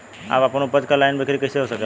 आपन उपज क ऑनलाइन बिक्री कइसे हो सकेला?